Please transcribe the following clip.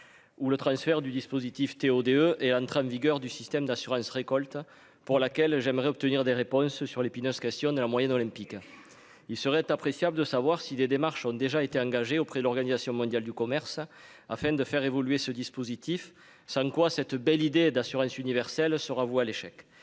ou le transfert du dispositif TODE est entré en vigueur du système d'assurance-récolte pour laquelle j'aimerais obtenir des réponses sur l'épineuse question de la moyenne olympique il serait appréciable de savoir si les démarches ont déjà été engagés auprès de l'Organisation mondiale du commerce afin de faire évoluer ce dispositif ça ne quoi cette belle idée d'assurance universelle sera voué à l'échec.